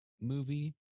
movie